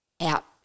out